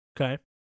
Okay